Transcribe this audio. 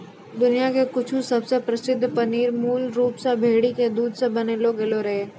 दुनिया के कुछु सबसे प्रसिद्ध पनीर मूल रूप से भेड़ी के दूध से बनैलो गेलो रहै